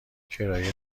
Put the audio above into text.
کرایه